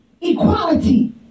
equality